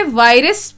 virus